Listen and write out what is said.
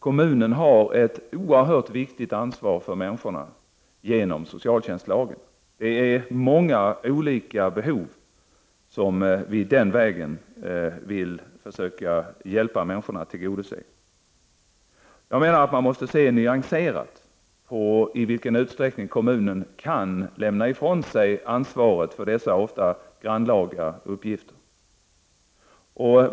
Kommunen har ett oerhört viktigt ansvar för människorna genom socialtjänstlagen. Det är många olika behov som vi den vägen vill försöka hjälpa människorna att tillgodose. Jag menar att man måste se nyanserat på i vilken utsträckning kommunen kan lämna ifrån sig ansvaret för dessa ofta grannlaga uppgifter.